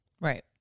right